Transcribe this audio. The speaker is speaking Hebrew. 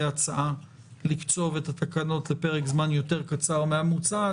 הצעה לקצוב את התקנות לפרק זמן יותר קצר מהמוצע.